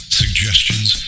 suggestions